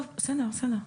טוב, בסדר.